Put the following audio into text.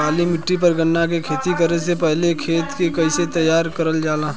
काली मिट्टी पर गन्ना के खेती करे से पहले खेत के कइसे तैयार करल जाला?